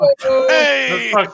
Hey